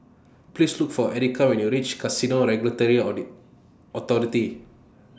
Please Look For Erika when YOU REACH Casino Regulatory Authority